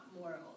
moral